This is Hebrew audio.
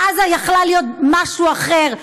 עזה הייתה יכולה להיות משהו אחר,